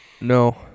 No